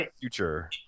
future